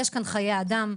יש כאן חיי אדם,